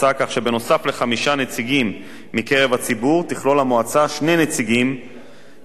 נציגים מהציבור תכלול המועצה שני נציגי משרד התשתיות,